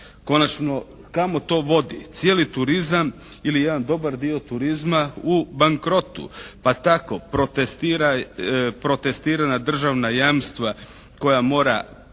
Konačno kamo to vodi? Cijeli turizam ili jedan dobar dio turizma u bankrotu, pa tako protestirana državna jamstva koja mora